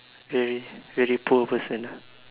very very poor person ah